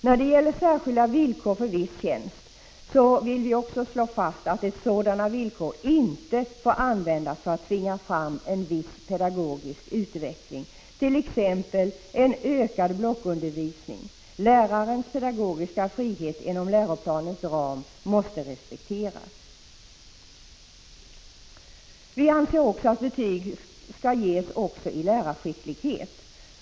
När det gäller särskilda villkor för en viss tjänst vill vi slå fast att sådana villkor inte får användas för att tvinga fram en viss pedagogisk utveckling, t.ex. en ökad blockundervisning. Lärarens pedagogiska frihet inom läroplanens ram måste respekteras. Vi anser vidare att betyg bör ges också i lärarskicklighet.